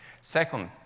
Second